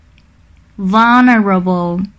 vulnerable